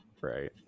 right